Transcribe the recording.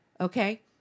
okay